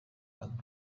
hano